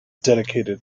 dedicated